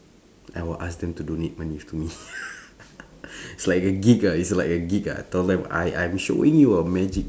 I will ask them donate money to me it's like a gig ah it's like a gig ah tell them I I'm showing you a magic